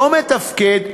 לא מתפקד,